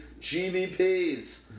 GBPs